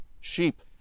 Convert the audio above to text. sheep